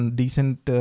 decent